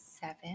seven